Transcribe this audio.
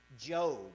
Job